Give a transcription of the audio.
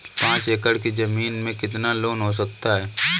पाँच एकड़ की ज़मीन में कितना लोन हो सकता है?